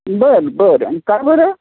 बर बर आणि का बरं